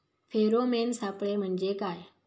Pheromone सापळे म्हंजे काय?